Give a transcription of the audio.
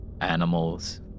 animals